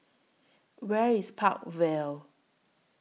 Where IS Park Vale